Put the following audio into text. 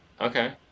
Okay